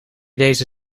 deze